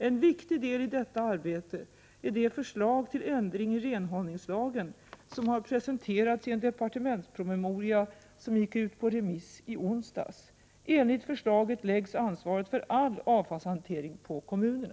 En viktig del i detta arbete är det förslag till ändring i renhållningslagen som har presenterats i en departementspromemoria, som gick ut på remiss i onsdags. Enligt förslaget läggs ansvaret för all avfallshantering på kommunerna.